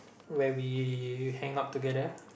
when we hang out together